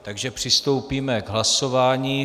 Takže přistoupíme k hlasování.